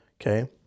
Okay